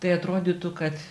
tai atrodytų kad